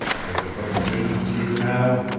does it bring a vision to you now?